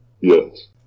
Yes